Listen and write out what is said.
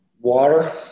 Water